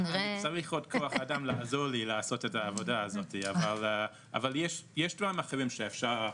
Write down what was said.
צריך עוד כוח אדם לעזור לי לעשות את העבודה אבל יש דברים אחרים שאפשר,